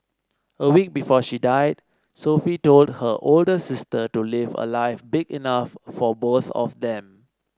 a week before she died Sophie told her older sister to live a life big enough for both of them